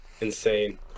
insane